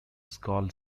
skull